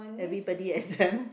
everybody exam